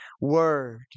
word